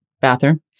bathroom